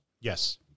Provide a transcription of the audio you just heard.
Yes